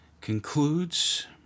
concludes